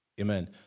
Amen